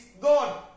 God